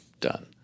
done